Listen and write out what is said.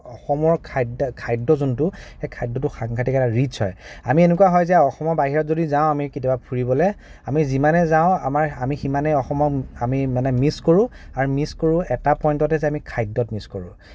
অসমৰ খাদ্য খাদ্য যোনটো সেই খাদ্যটো সাংঘাটিক এটা ৰিচ্চ হয় আমি এনেকুৱা হয় যে অসমৰ বাহিৰত যদি যাওঁ আমি কেতিয়াবা ফুৰিবলে আমি যিমানে যাওঁ আমাৰ আমি সিমানেই অসমৰ আমি মানে মিছ কৰোঁ আৰু মিছ কৰোঁ এটা পইণ্টতে যে আমি খাদ্যত মিছ কৰোঁ